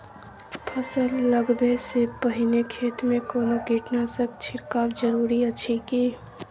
फसल लगबै से पहिने खेत मे कोनो कीटनासक छिरकाव जरूरी अछि की?